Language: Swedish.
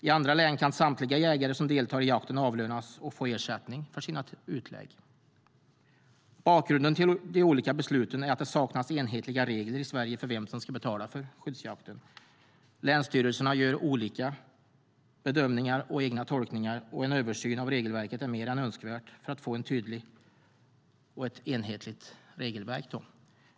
I andra län kan samtliga jägare som deltar i jakten avlönas och få ersättning för sina utlägg. Bakgrunden till de olika besluten är att det saknas enhetliga regler i Sverige för vem som ska betala för skyddsjakten. Länsstyrelserna gör olika bedömningar och egna tolkningar. En översyn av regelverket är mer än önskvärd för att få ett tydligt och enhetligt regelverk.